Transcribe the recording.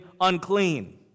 unclean